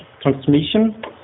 transmission